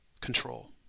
control